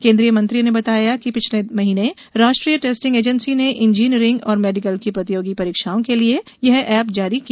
केन्द्रीय मंत्री ने बताया कि पिछले महीने राष्ट्रीय टेस्टिंग एजेंसी ने इंजीनियरिंग और मेडिकल की प्रतियोगी परीक्षाओं के लिए यह ऐप जारी किया